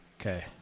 Okay